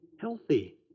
healthy